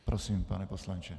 Prosím, pane poslanče.